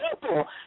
people